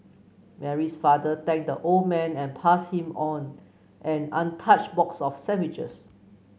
Mary's father thanked the old man and passed him on an untouched box of sandwiches